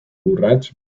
urrats